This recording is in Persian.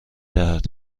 دهد